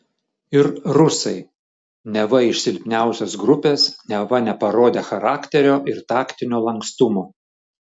ir rusai neva iš silpniausios grupės neva neparodę charakterio ir taktinio lankstumo